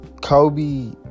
Kobe